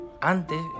antes